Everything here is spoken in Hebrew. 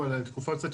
בשביל זה.